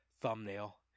thumbnail